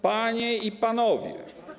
Panie i Panowie!